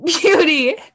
Beauty